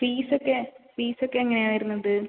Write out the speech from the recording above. fees ഒക്കെ fees ഒക്കെ എങ്ങനെയാണ് വരുന്നത്